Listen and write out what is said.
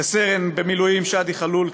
לסרן במילואים שאדי חלול,